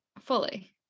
fully